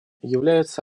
является